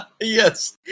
Yes